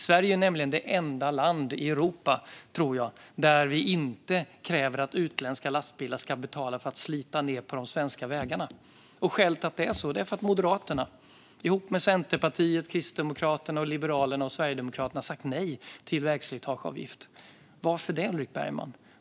Sverige är nämligen det enda land i Europa, tror jag, där man inte kräver att utländska lastbilar ska betala för att de sliter på landets vägar. Skälet till att det är så är att Moderaterna, Centerpartiet, Kristdemokraterna, Liberalerna och Sverigedemokraterna har sagt nej till vägslitageavgift. Varför det, Ulrik Bergman?